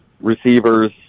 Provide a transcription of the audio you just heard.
receivers